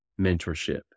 mentorship